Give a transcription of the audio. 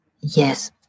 Yes